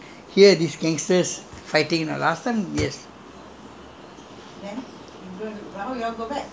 but last time gangster fight is not like nowadays nowadays don't have gangster fights you don't hear these gangsters fighting lah last time yes